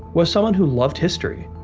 was someone who loved history.